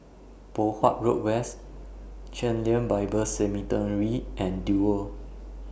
Poh Huat Road West Chen Lien Bible Seminary and Duo